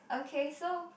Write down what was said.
okay so